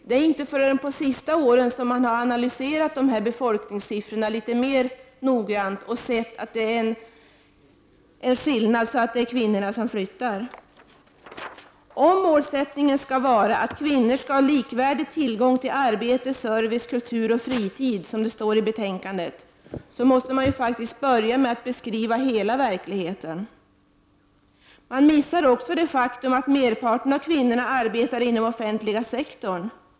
Det är inte förrän de senaste åren som man har analyserat befolkningssiffrorna litet mer noggrant och sett att det är kvinnorna som flyttar. Om målsättningen är att kvinnor skall ha likvärdig tillgång till arbete, service, kultur och fritid, som det står i betänkandet, måste man börja med att beskriva hela verkligheten. Man missar också det faktum att merparten av kvinnorna arbetar inom den offentliga sektorn.